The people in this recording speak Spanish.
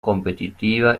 competitiva